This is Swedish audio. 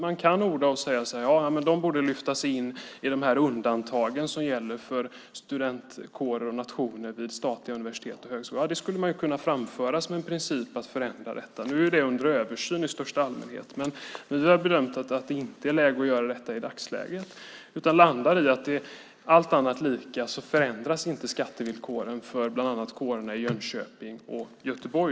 Man kan säga att Chalmers borde lyftas in i dessa undantag som gäller för studentkårer och nationer vid statliga universitet och högskolor. Ja, det skulle man kunna framföra som en princip att förändra detta. Nu är det under översyn i största allmänhet. Men vi har bedömt att det inte är läge att göra detta i dagsläget utan landar i att allt annat är lika, och då förändras inte skattevillkoren för bland annat kårerna i Jönköping och Göteborg.